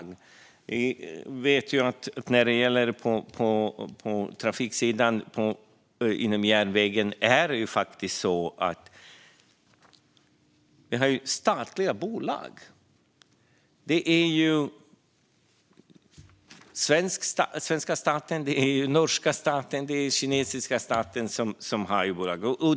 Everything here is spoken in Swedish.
Vi vet att vi har statliga bolag på trafiksidan inom järnvägen; det är den svenska, den norska och den kinesiska statens bolag.